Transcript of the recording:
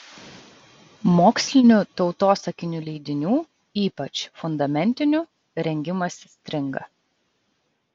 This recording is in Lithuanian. mokslinių tautosakinių leidinių ypač fundamentinių rengimas stringa